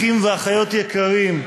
אחים ואחיות יקרים,